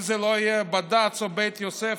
אם זה לא יהיה בד"צ או בית יוסף,